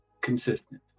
consistent